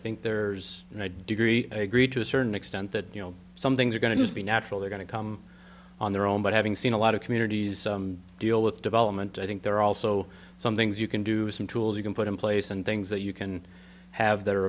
think there's a degree agree to a certain extent that you know some things are going to be naturally going to come on their own but having seen a lot of communities deal with development i think there are also some things you can do some tools you can put in place and things that you can have that are